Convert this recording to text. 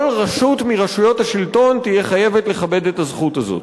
כל רשות מרשויות השלטון תהיה חייבת לכבד את הזכות הזאת.